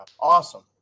Awesome